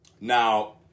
Now